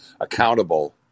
accountable